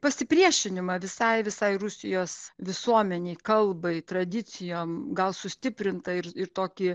pasipriešinimą visai visai rusijos visuomenei kalbai tradicijom gal sustiprintą ir ir tokį